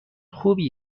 خوبی